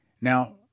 Now